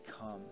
come